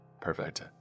Perfect